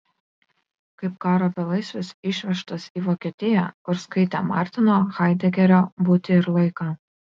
kaip karo belaisvis išvežtas į vokietiją kur skaitė martino haidegerio būtį ir laiką